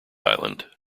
island